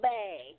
Bay